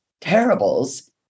terribles